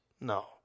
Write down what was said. No